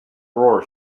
drawer